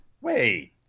Wait